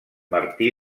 martí